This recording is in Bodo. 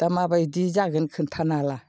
दा माबायदि जागोन खोन्थानो हाला